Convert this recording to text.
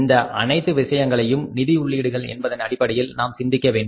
இந்த அனைத்து விஷயங்களையும் நிதி உள்ளீடுகள் என்பதன் அடிப்படையில் நாம் சிந்திக்க வேண்டும்